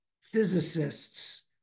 physicists